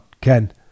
Ken